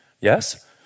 Yes